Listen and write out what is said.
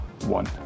one